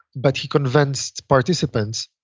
but he convinced participants